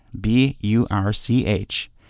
B-U-R-C-H